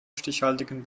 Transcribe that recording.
stichhaltigen